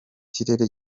kirere